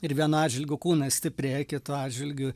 ir vienu atžvilgiu kūnas stiprėja kitu atžvilgiu